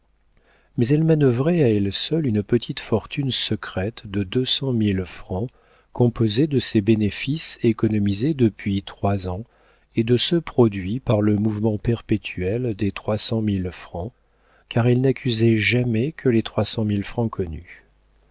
mais elle manœuvrait à elle seule une petite fortune secrète de deux cent mille francs composée de ses bénéfices économisés depuis trois ans et de ceux produits par le mouvement perpétuel des trois cent mille francs car elle n'accusait jamais que les trois cent mille francs connus